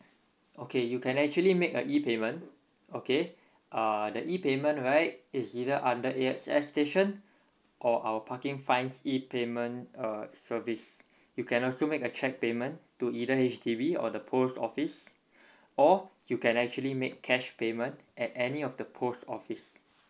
okay you can actually make a e payment okay uh the e payment right it's either under A_X_S station or our parking fines e payment uh service you can also make a cheque payment to either H_D_B or the post office or you can actually make cash payment at any of the post office